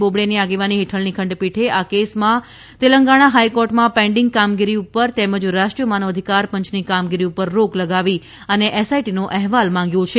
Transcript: બોબડેની આગેવાની હેઠળની ખંડપીઠે આ કેસમાં તેલંગણા હાઇકોર્ટમાં પેન્ડીંગ કામગીરી પર તેમજ રાષ્ટ્રીય માનવ અધિકારપંચની કામગીરી પર રોક લગાવી છે અને એસઆઇટીનો અહેવાલ માંગ્યો છે